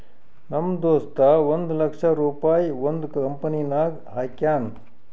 ನಮ್ ದೋಸ್ತ ಒಂದ್ ಲಕ್ಷ ರುಪಾಯಿ ಒಂದ್ ಕಂಪನಿನಾಗ್ ಹಾಕ್ಯಾನ್